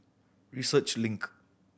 Research Link